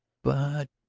but.